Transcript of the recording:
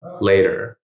later